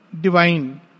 divine।